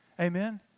amen